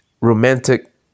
romantic